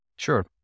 Sure